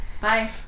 Bye